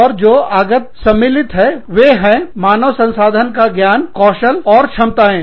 और जो आगत शामिल है वे है मानव संसाधन का ज्ञान कौशल और क्षमताएं